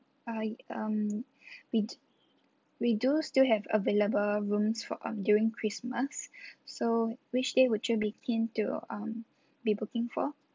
I um we'd we do still have available rooms for um during christmas so which day would you be keen to um be booking for